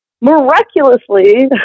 miraculously